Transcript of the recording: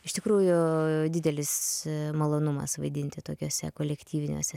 iš tikrųjų didelis malonumas vaidinti tokiuose kolektyviniuose